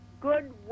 good